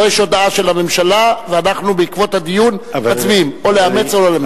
פה יש הודעה של הממשלה ובעקבות הדיון אנחנו מצביעים או לאמץ או לא לאמץ.